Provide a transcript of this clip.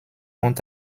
ont